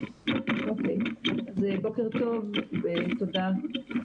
בוקר טוב, תודה.